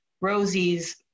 Rosie's